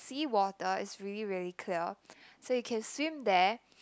sea water is really really clear so you can swim there